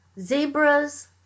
zebras